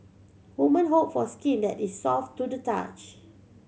women hope for skin that is soft to the touch